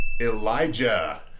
Elijah